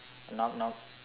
knock knock